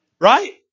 Right